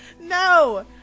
no